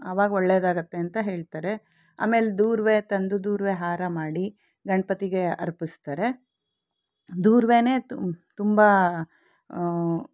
ಆವಾಗ ಒಳ್ಳೆಯದಾಗತ್ತೆ ಅಂತ ಹೇಳ್ತಾರೆ ಆಮೇಲೆ ದೂರ್ವೆ ತಂದು ದೂರ್ವೆ ಹಾರ ಮಾಡಿ ಗಣಪತಿಗೆ ಅರ್ಪಿಸ್ತಾರೆ ದೂರ್ವೆನೇ ತುಂಬ